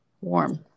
warm